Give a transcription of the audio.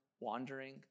wandering